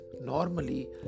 normally